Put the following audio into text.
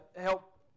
help